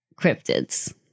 Cryptids